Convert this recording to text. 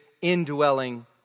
indwelling